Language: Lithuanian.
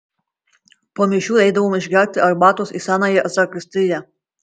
po mišių eidavome išgerti arbatos į senąją zakristiją